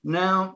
now